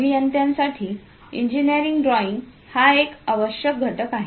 अभियंतांसाठी engineering ड्रॉइंगहा एक आवश्यक घटक आहे